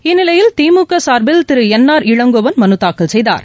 இந்நிலையில் திமுகசார்பில் திருஎன் ஆர் இளங்கோமனுதாக்கல் செய்தார்